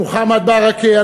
מוחמד ברכה,